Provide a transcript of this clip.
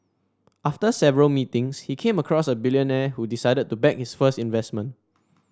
after several meetings he came across a billionaire who decided to back his first investment